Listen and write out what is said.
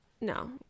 No